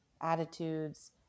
attitudes